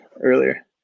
earlier